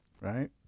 Right